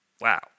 Wow